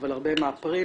אבל הרבה מהפרינט,